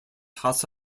hasse